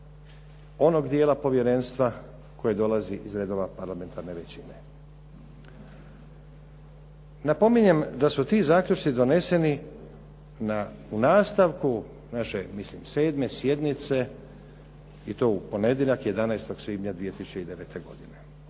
onog dijela povjerenstva koje dolazi iz redova parlamentarne većine. Napominjem da su ti zaključci doneseni na nastavku mislim naše 7. sjednice i to u ponedjeljak 11. svibnja 2009. godine.